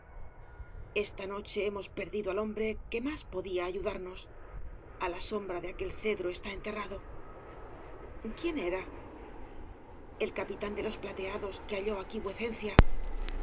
esta noche hemos perdido al hombre que más podía ayudarnosl á la sombra de aquel cedro está enterrado quién era obras de valle i n clan el capitán de los plateados que hallo aquí vuecencia